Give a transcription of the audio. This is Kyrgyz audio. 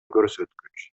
көрсөткүч